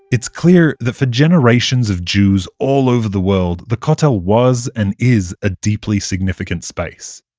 it's clear that for generations of jews all over the world the kotel was, and is, a deeply significant space.